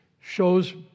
shows